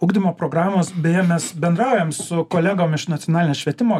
ugdymo programos beje mes bendraujam su kolegom iš nacionalinės švietimo